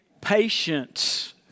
Patience